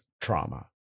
trauma